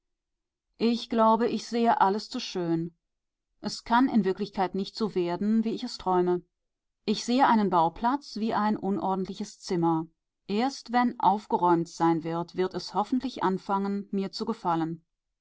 ich glaube ich sehe alles zu schön es kann in wirklichkeit nicht so werden wie ich es träume ich sehe einen bauplatz wie ein unordentliches zimmer erst wenn aufgeräumt sein wird wird es hoffentlich anfangen mir zu gefallen